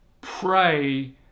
pray